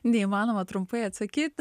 neįmanoma trumpai atsakyti